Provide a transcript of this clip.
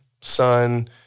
son